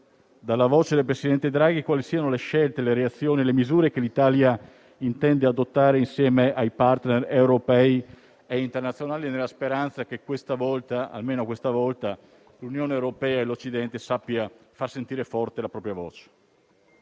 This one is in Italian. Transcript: dalla voce del presidente Draghi quali siano le scelte, le reazioni e le misure che l'Italia intende adottare insieme ai *partner* europei e internazionali, nella speranza che, almeno questa volta, l'Unione europea e l'Occidente sappiano far sentire forte la loro voce.